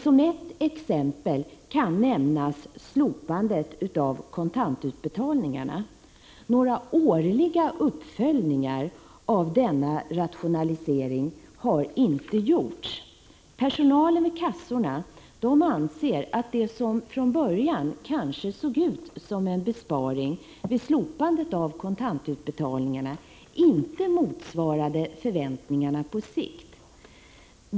Som ett exempel kan nämnas slopandet av kontantutbetalningarna. Några årliga uppföljningar av denna rationalisering har inte gjorts. Personalen i kassorna anser att det som från början kanske såg ut som en besparing vid slopandet av kontantutbetalningarna inte motsvarade förväntningarna på sikt.